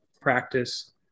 practice